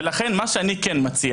לכן מה שאני מציע